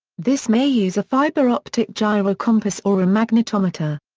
this may use a fibre optic gyrocompass or a magnetometer.